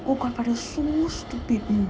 oh god but it was so stupid mm